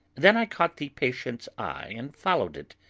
then i caught the patient's eye and followed it,